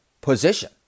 position